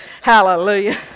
Hallelujah